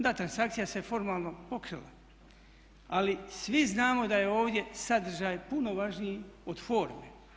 Da, transakcija se formalno pokrila ali svi znamo da je ovdje sadržaj puno važniji od forme.